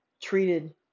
treated